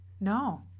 No